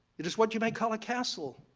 it is what you might call a castle,